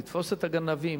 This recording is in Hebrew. לתפוס את הגנבים,